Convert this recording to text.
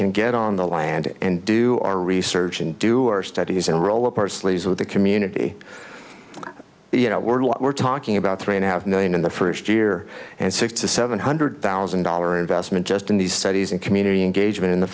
can get on the land and do our research and do our studies and roll up our sleeves with the community you know we're like we're talking about three and a half million in the first year and six to seven hundred thousand dollar investment just in these studies and community engagement in the